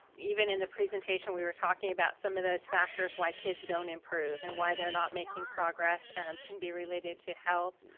even in the presentation we were talking about some of those factors, why kids don't improve and why they're not making progress and um can be related to health,